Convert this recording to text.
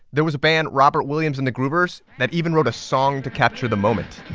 there was a band, robert williams and the groovers, that even wrote a song to capture the moment